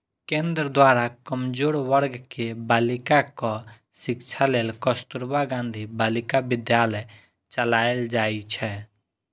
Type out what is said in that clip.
केंद्र द्वारा कमजोर वर्ग के बालिकाक शिक्षा लेल कस्तुरबा गांधी बालिका विद्यालय चलाएल जाइ छै